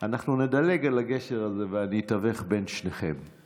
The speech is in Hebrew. אנחנו נדלג על הגשר הזה ואני אתווך בין שניכם.